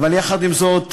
אבל יחד עם זאת,